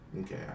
Okay